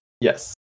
Yes